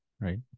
right